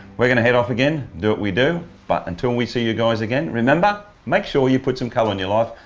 we're going to head off again and do what we do. but until we see you guys again remember make sure you put some color in your life,